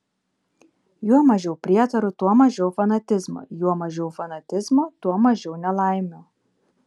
juo mažiau prietarų tuo mažiau fanatizmo juo mažiau fanatizmo tuo mažiau nelaimių